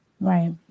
Right